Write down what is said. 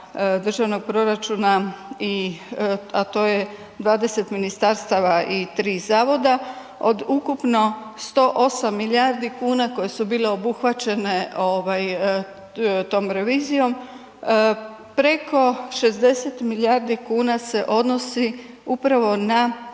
državnog proračuna, a to je 20 ministarstava i 3 zavoda, od ukupno 108 milijardi kuna koje su bile obuhvaćene ovaj tom revizijom, preko 60 milijardi kuna se odnosi upravo na